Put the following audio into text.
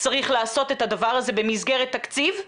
צריך לעשות את הדבר הזה במסגרת תקציב,